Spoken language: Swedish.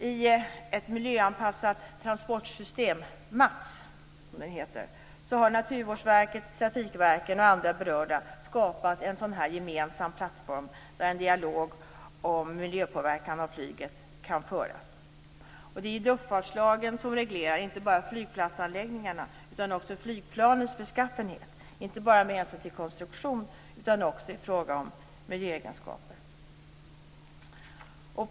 I ett miljöanpassat transportsystem, MATS, har Naturvårdsverket, trafikverken och andra berörda skapat en gemensam plattform där en dialog om miljöpåverkan av flyget kan föras. Det är luftfartslagen som reglerar, inte bara flygplatsanläggningar utan även flygplanens beskaffenhet med hänsyn till konstruktion och miljöegenskaper.